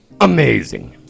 amazing